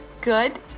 good